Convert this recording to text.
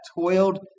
toiled